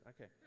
Okay